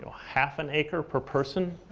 half an acre per person.